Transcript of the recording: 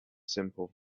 simple